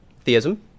Theism